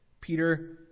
Peter